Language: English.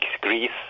Greece